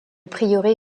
prieuré